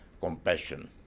compassion